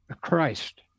Christ